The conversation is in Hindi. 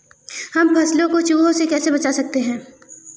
हम फसलों को चूहों से कैसे बचा सकते हैं?